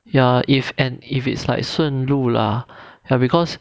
ya if if it's like 顺路啦 ya because